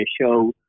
show